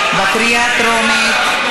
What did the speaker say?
בקריאה טרומית.